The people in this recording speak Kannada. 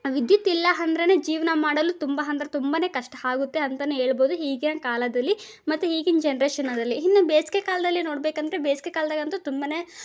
ವಿದ್ಯುತ್ ಇಲ್ಲ ಅಂದ್ರೆನೇ ಜೀವನ ಮಾಡಲು ತುಂಬ ಅಂದ್ರ್ ತುಂಬಾ ಕಷ್ಟ ಆಗುತ್ತೆ ಅಂತ ಹೇಳ್ಬೋದು ಈಗಿನ ಕಾಲದಲ್ಲಿ ಮತ್ತೆ ಈಗಿನ ಜನ್ರೇಶನಲ್ಲಿ ಇನ್ನು ಬೇಸಿಗೆ ಕಾಲದಲ್ಲಿ ನೋಡಬೇಕಂದ್ರೆ ಬೇಸಿಗೆ ಕಾಲದಾಗಂತು ತುಂಬಾ